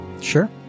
Sure